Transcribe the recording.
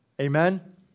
Amen